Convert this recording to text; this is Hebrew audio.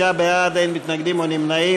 96 בעד, אין מתנגדים או נמנעים.